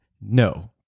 No